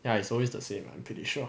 ya it's always the same I'm pretty sure